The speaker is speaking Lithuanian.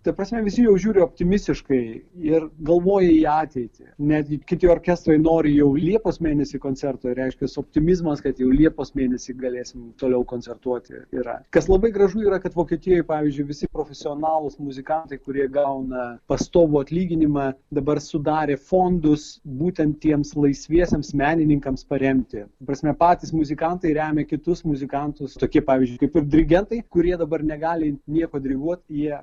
ta prasme visi jau žiūri optimistiškai ir galvoja į ateitį netgi kiti orkestrai nori jau liepos mėnesį koncerto ir reiškias optimizmas kad jau liepos mėnesį galėsim toliau koncertuoti yra kas labai gražu yra kad vokietijoj pavyzdžiui visi profesionalūs muzikantai kurie gauna pastovų atlyginimą dabar sudarė fondus būtent tiems laisviesiems menininkams paremti ta prasme patys muzikantai remia kitus muzikantus tokie pavyzdžiui kaip ir dirigentai kurie dabar negali nieko diriguot jie